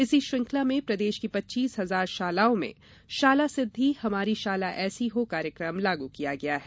इसी श्रृंखला में प्रदेश की पच्चीस हजार शालाओं में शाला सिद्धि हमारी शाला ऐसी हो कार्यकम लागू किया गया है